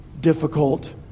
difficult